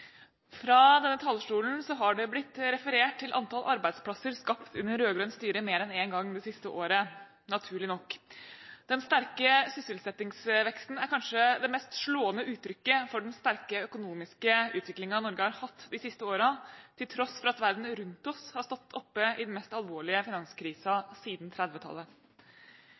Fra denne talerstolen har det mer enn én gang det siste året, naturlig nok, blitt referert til antall arbeidsplasser skapt under rød-grønt styre. Den sterke sysselsettingsveksten er kanskje det mest slående uttrykket for den sterke økonomiske utviklingen Norge har hatt de siste årene, til tross for at verden rundt oss har stått oppe i den mest alvorlige finanskrisen siden